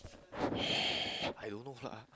I don't know lah